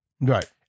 right